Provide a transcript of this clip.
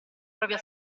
propria